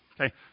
okay